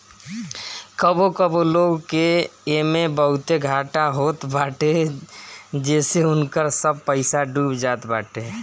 कबो कबो लोग के एमे बहुते घाटा होत बाटे जेसे उनकर सब पईसा डूब जात बाटे